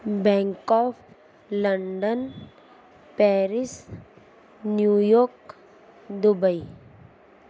Bangkok London Paris New York Dubai